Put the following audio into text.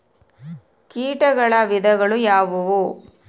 ಕೇಟಗಳ ವಿಧಗಳು ಯಾವುವು?